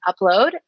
upload